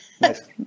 Nice